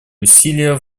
усилия